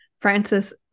Francis